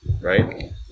right